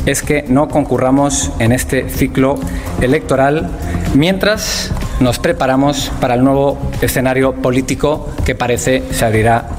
Es que no concurramos en este ciclo electoral mientras nos preparamos para el nuevo escenario político que parece se abrirá.